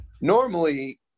normally